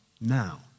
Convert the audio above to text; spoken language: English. now